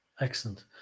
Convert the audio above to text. excellent